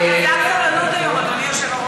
אתה חסר סבלנות היום, אדוני היושב-ראש.